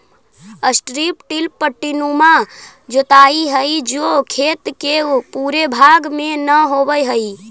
strip till पट्टीनुमा जोताई हई जो खेत के पूरे भाग में न होवऽ हई